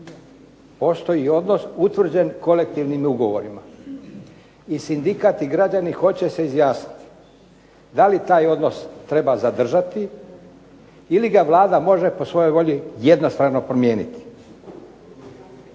postoji odnos utvrđen kolektivnim ugovorima i sindikat i građani hoće se izjasniti da li taj odnos treba zadržati ili ga Vlada može po svojoj volji jednostrano promijeniti.